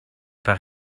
par